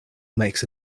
makes